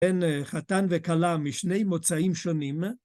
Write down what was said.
בין חתן וכלה משני מוצאים שונים